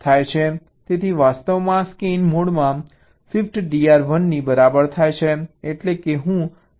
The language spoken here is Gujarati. તેથી વાસ્તવમાં આ સ્કેન મોડ શિફ્ટ DR 1 ની બરાબર છે એટલે કે હું સ્કેન મોડ જોઈ રહ્યો છું